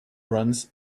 runs